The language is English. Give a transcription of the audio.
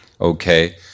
okay